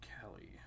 Kelly